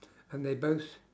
and they both